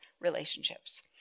relationships